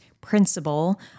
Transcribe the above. principle